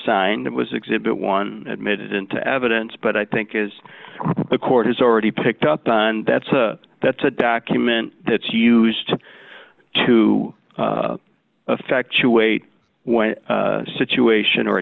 signed it was exhibit one admitted into evidence but i think is the court has already picked up on that's a that's a document that she used to affect your weight when situation